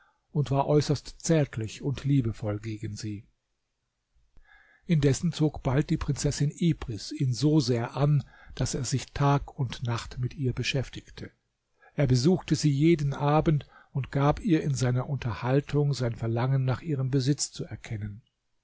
und war äußerst zärtlich und liebevoll gegen sie indessen zog bald die prinzessin ibris ihn so sehr an daß er sich tag und nacht mit ihr beschäftigte er besuchte sie jeden abend und gab ihr in seiner unterhaltung sein verlangen nach ihrem besitz zu erkennen